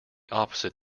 opposite